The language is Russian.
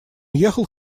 ехал